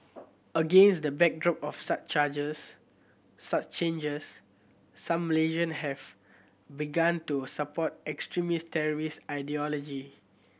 against the backdrop of such charges such changes some Malaysian have begun to support extremist terrorist ideology